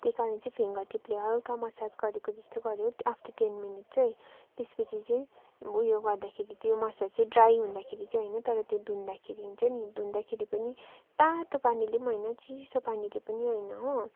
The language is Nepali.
त्यही कारणले चाहिँ फिङ्गर टिपले हल्का मसाज गरेको जस्तो गऱ्यो आफ्टर टेन मिनट्स है त्यस पछि चाहिँ उयो गर्दाखेरि त्यो मसाज चाहिँ ड्राई हुँदाखेरि चाहिँ होइन तर त्यो धुँधाखेरि चाहिँ नि धुँधाखेरि पनि तातो पानीले पनि होइन चिसो पानीले पनि होइन हो